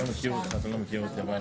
אנחנו לא שומעים טוב.